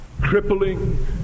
crippling